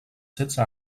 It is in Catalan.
setze